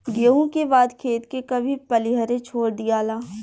गेंहू के बाद खेत के कभी पलिहरे छोड़ दियाला